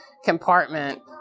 compartment